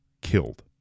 killed